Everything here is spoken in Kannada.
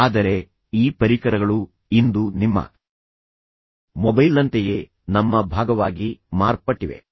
ಆದರೆ ಈ ಪರಿಕರಗಳು ಇಂದು ನಿಮ್ಮ ಮೊಬೈಲ್ನಂತೆಯೇ ನಮ್ಮ ಭಾಗವಾಗಿ ಮಾರ್ಪಟ್ಟಿವೆ